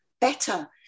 better